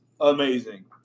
amazing